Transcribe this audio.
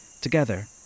Together